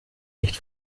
nicht